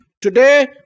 Today